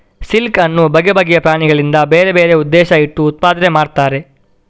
silk ಅನ್ನು ಬಗೆ ಬಗೆಯ ಪ್ರಾಣಿಗಳಿಂದ ಬೇರೆ ಬೇರೆ ಉದ್ದೇಶ ಇಟ್ಟು ಉತ್ಪಾದನೆ ಮಾಡ್ತಾರೆ